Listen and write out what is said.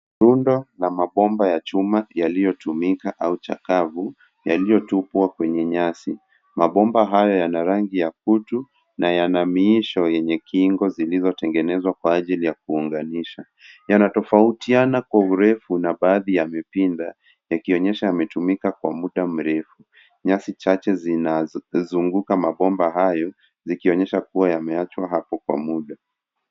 Rundo la mabomba ya chuma yaliyotumika au chakavu yaliyotupwa kwenye nyasi. Mabomba hayo yana rangi ya kutu na yana miisho yenye kingo zilizotengenzwa kwa ajili ya kuunganisha. Yanatofautiana kwa urefu na baadhi yamepinda yakionyesha yametumika kwa muda mrefu. Nyasi chache zinazunguka mabomba hayo zikionyesha kuwa yameachwa hapo kwa muda.